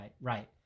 right